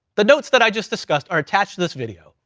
the notes that i just discussed are attached to this video.